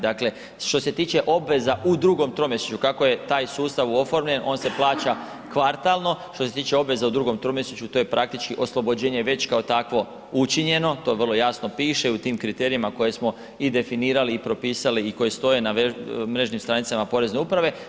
Dakle, što se tiče obveza u drugom tromjesečju, kako je taj sustav oformljen, on se plaća kvartalno, što se tiče obveza u drugom tromjesečju, to je praktički, oslobođenje je već kao takvo učinjeno, to vrlo jasno piše i u tim kriterijima koje smo i definirali i propisali i koji stoje na mrežnim stranicama Porezne uprave.